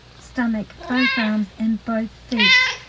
stomach, both arms, and both feet.